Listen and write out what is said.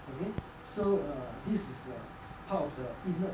okay so this is part of the innate